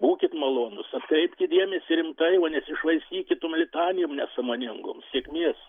būkit malonūs atkreipkit dėmesį rimtai o nesišvaistykit tum litanijom nesąmoningom sėkmės